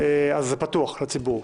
זה פתוח לציבור.